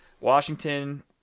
washington